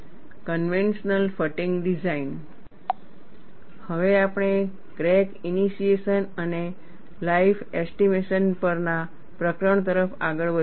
conventional fatigue design હવે આપણે crack initiation અને લાઈફ એસ્ટીમેશન પરના પ્રકરણ તરફ આગળ વધીએ છીએ